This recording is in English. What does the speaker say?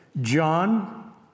John